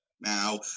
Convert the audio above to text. Now